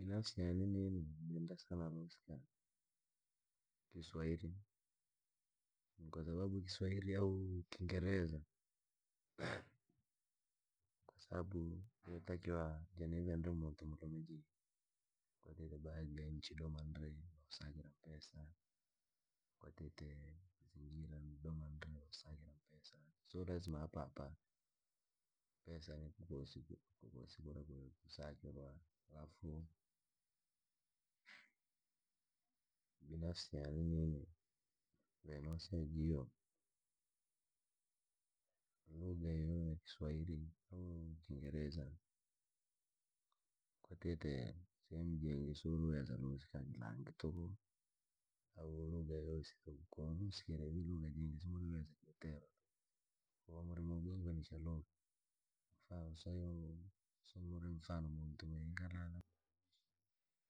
Binafsi yaani nini nenda sana lusika kiswairi. Kwasabab kingereza kwasababu kee ndri muntu mulume jii kwatite baadhi ya nchi doma ndri no sakira mpesa, kwatite mazingira yingi yoo sakira mpera, sio lazima hapahapa mpesa ni hohosi vii kokosi vii kwe kusakirwa halafu. Binafsi yaane nini vee no sea jiiyo, lugha ya kiswain na ya kingereza kwatite sehemu jingi siuriweza lusika kiilangi tuuku au lugha yoyosi, ko walusikire vii lugha yiingi si muri kiiterwa tuku, kuva muri moo gonganisha lugha. Kwamfano tuseirye mfano muntu mwe ikala arusha.